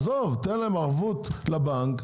תן להם את זה גם בהלוואה,